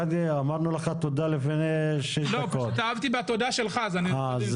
ולכן יש ואקום, ואין פתרון לנושא הזה.